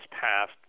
passed